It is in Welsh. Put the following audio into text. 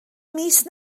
mis